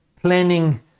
planning